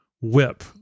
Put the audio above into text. whip